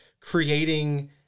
creating